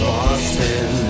Boston